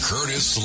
Curtis